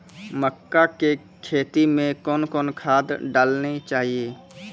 मक्का के खेती मे कौन कौन खाद डालने चाहिए?